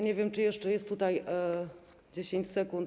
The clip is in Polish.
Nie wiem, czy jeszcze jest tutaj 10 sekund.